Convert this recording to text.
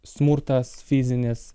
smurtas fizinis